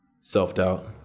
Self-doubt